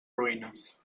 ruïnes